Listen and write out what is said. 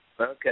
Okay